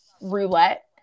roulette